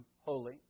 holy